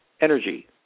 energy